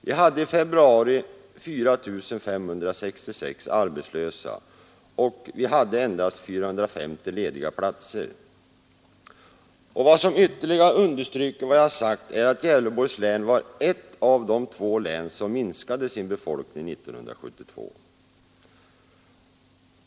Vi hade i februari 4 566 arbetslösa och endast 450 lediga platser. Vad som ytterligare understryker vad jag sagt är att Gävleborgs län var ett av de två län som minskade sin befolkning 1972.